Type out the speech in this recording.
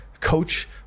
coach